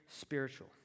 spiritual